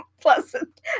pleasant